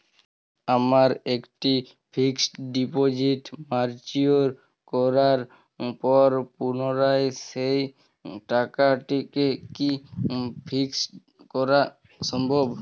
আমার একটি fixed deposit mature করার পর পুনরায় সেই টাকাটিকে কি ফিক্সড করা সম্ভব?